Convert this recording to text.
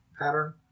pattern